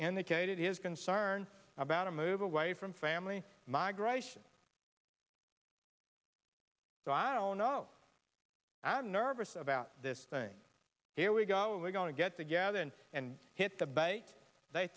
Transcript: kate is concerned about a move away from family migration so i don't know i'm nervous about this thing here we go we're going to get together and hit the